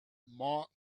mark